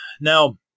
Now